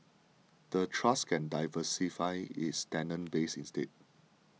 the trust can diversify its tenant base instead